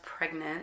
Pregnant